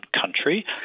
country